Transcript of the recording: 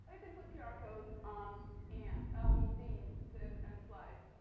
you can put qr um codes on and bees and flies.